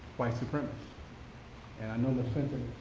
white supremists and i know miss fenton